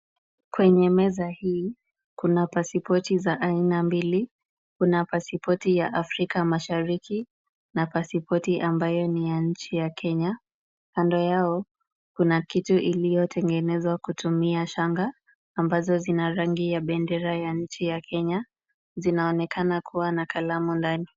Kwenye meza hii, kuna pasipoti za aina mbili, kuna pasipoti ya Afrika Mashariki, na pasipoti ambayo ni ya nchi ya Kenya. Kando yao, kuna kitu iliyotengenezwa kutumia shanga, ambazo zina rangi ya bendera ya nchi ya Kenya. Zinaonekana kuwa na kalamu ndani.